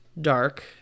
dark